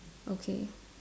okay